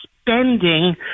spending